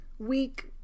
week